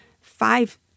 five